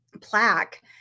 plaque